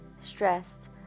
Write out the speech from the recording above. stressed